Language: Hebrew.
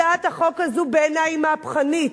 הצעת החוק הזו בעיני היא מהפכנית,